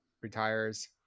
retires